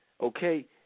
okay